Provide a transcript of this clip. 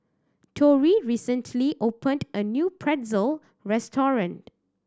Tori recently opened a new Pretzel restaurant